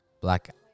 Black